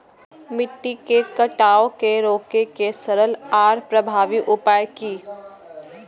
मिट्टी के कटाव के रोके के सरल आर प्रभावी उपाय की?